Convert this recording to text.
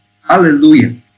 hallelujah